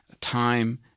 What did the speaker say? time